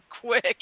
quick